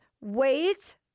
Wait